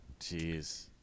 Jeez